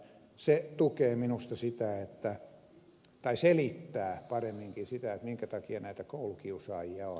se tukee minusta sitä tai selittää paremminkin sitä minkä takia näitä koulukiusaajia on